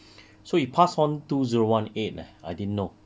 so he passed on two zero one eight leh I didn't know